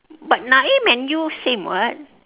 but naim and you same [what]